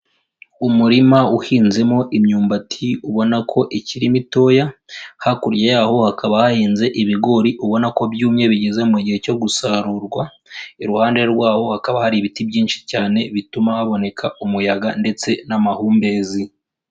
Umurima uhinzemo imyumbati ubona ko ikiri mitoya, hakurya yaho hakaba hahinze ibigori ubona ko byumye bigeze mu gihe cyo gusarurwa. Iruhande rwawo, hakaba hari ibiti byinshi cyane bituma haboneka umuyaga ndetse n'amahumbezi.